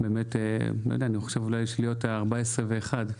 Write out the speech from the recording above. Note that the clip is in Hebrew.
אני חושב להיות ה-14,001.